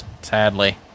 sadly